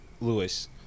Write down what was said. Lewis